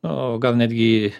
o gal netgi